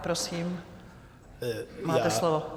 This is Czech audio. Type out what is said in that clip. Prosím, máte slovo.